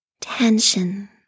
tension